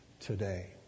today